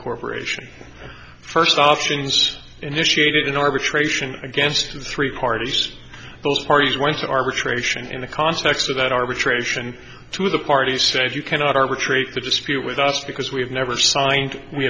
corporation first options initiated an arbitration against three parties both parties once arbitration in the context of that arbitration two of the parties say if you cannot arbitrate the dispute with us because we have never signed we